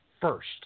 first